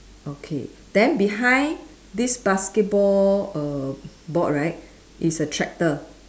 okay then behind this basketball err board right is a tractor